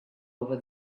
over